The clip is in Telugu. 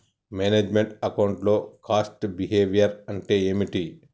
మేనేజ్ మెంట్ అకౌంట్ లో కాస్ట్ బిహేవియర్ అంటే ఏమిటి?